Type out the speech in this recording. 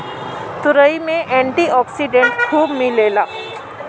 तुरई में anti oxidant खूब मिलेला